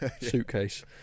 Suitcase